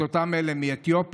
את אותם אלה מאתיופיה,